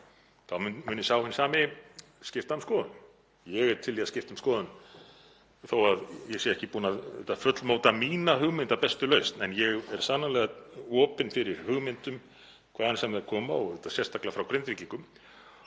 þá muni sá hinn sami skipta um skoðun. Ég er til í að skipta um skoðun þó að ég sé ekki búinn að fullmóta mína hugmynd að bestu lausn. En ég er sannarlega opinn fyrir hugmyndum hvaðan sem þær koma og auðvitað sérstaklega frá Grindvíkingum.